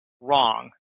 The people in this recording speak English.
wrong